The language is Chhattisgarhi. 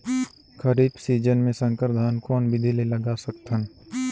खरीफ सीजन मे संकर धान कोन विधि ले लगा सकथन?